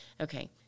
Okay